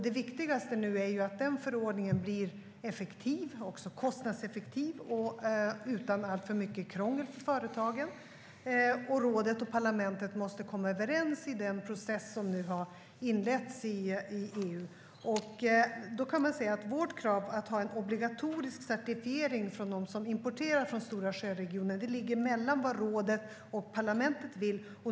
Det viktigaste nu är att förordningen blir både effektiv och kostnadseffektiv och att den inte innebär alltför mycket krångel för företagen. Rådet och parlamentet måste komma överens i den process som nu har inletts i EU, och där kan man säga att vårt krav att ha en obligatorisk certifiering för dem som importerar från Stora sjöregionen ligger mellan vad rådet och parlamentet vill.